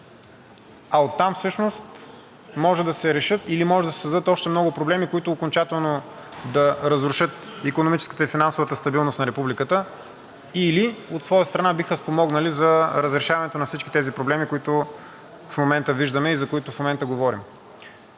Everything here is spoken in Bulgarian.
а оттам всъщност може да се решат или може да се създадат още много проблеми, които окончателно да разрушат икономическата и финансовата стабилност на републиката, или от своя страна биха спомогнали за разрешаването на всички тези проблеми, които в момента виждаме и за които в момента говорим.